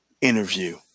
interview